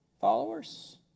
followers